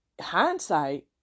hindsight